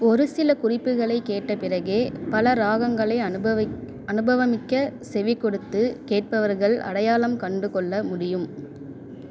ஒரு சில குறிப்புகளைக் கேட்ட பிறகே பல ராகங்களை அனுபவிக்க அனுபவமிக்க செவிகொடுத்துக் கேட்பவர்கள் அடையாளம் கண்டுக்கொள்ள முடியும்